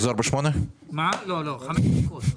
למה חמש דקות?